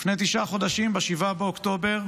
לפני תשעה חודשים, ב-7 באוקטובר,